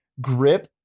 grip